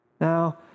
Now